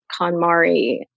KonMari